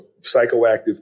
psychoactive